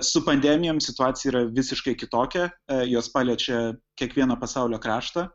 su pandemijom situacija yra visiškai kitokia jos paliečia kiekvieno pasaulio kraštą